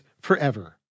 forever